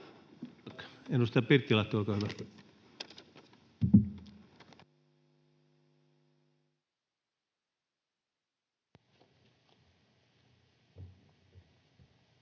Edustaja Pirttilahti, olkaa hyvä.